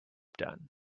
done